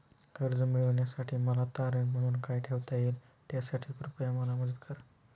कर्ज मिळविण्यासाठी मला तारण म्हणून काय ठेवता येईल त्यासाठी कृपया मला मदत करा